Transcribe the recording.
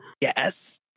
Yes